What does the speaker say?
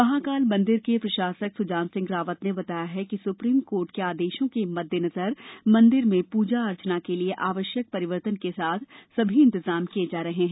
महाकाल मंदिर के प्रशासक सुजान सिंह रावत ने बताया कि सुप्रीम कोर्ट के आदेशों के मद्देनजर मंदिर में पूजा अर्चना के लिये आवश्यक परिवर्तन के साथ सभी इंतजाम किये जा रहे हैं